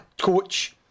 coach